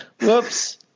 Whoops